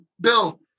Bill